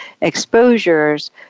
exposures